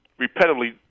repetitively